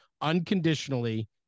unconditionally